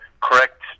correct